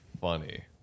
funny